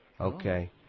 Okay